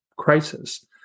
crisis